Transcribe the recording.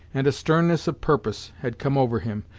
and a sternness of purpose had come over him,